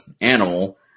animal